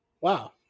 Wow